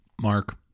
Mark